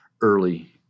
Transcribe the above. early